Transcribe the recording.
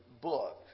book